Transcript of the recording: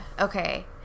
okay